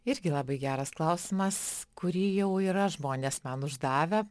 irgi labai geras klausimas kurį jau yra žmonės man uždavę